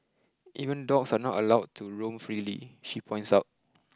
even dogs are not allowed to roam freely she points out